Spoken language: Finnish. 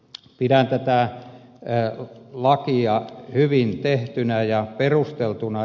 pidän tätä lakia hyvin tehtynä ja perusteltuna